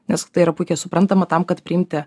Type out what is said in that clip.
nes tai yra puikiai suprantama tam kad priimti